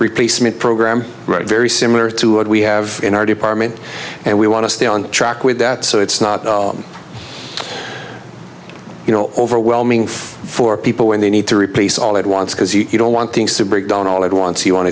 replacement program very similar to what we have in our department and we want to stay on track with that so it's not you know overwhelming for people when they need to replace all at once because you don't want things to break down all at once he want